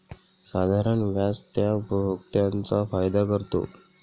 साधारण व्याज त्या उपभोक्त्यांचा फायदा करतो